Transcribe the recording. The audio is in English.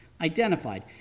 identified